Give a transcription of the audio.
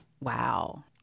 Wow